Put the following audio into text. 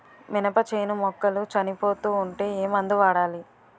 మినప చేను మొక్కలు చనిపోతూ ఉంటే ఏమందు వాడాలి?